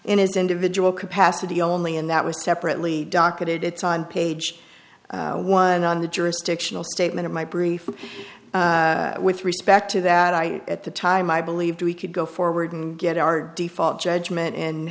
his individual capacity only and that was separately docketed it's on page one on the jurisdictional statement of my brief with respect to that i at the time i believed we could go forward and get our default judgment and